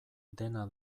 dena